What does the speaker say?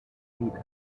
vida